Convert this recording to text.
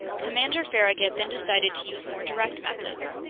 commander farragut then decided to use more direct methods.